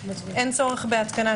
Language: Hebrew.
אין צורך בהתקנת